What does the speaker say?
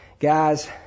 Guys